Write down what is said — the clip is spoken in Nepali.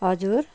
हजुर